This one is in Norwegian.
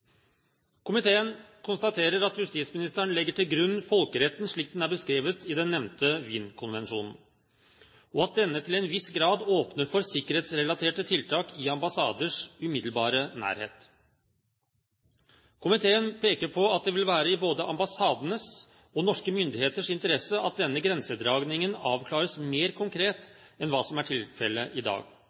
Komiteen konstaterer at justisministeren legger til grunn folkeretten slik den er beskrevet i den nevnte Wien-konvensjonen, og at denne til en viss grad åpner for sikkerhetsrelaterte tiltak i ambassaders umiddelbare nærhet. Komiteen peker på at det vil være i både ambassadenes og norske myndigheters interesse at denne grensedragningen avklares mer konkret enn hva som er tilfellet i dag.